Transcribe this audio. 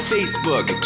Facebook